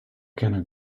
cannot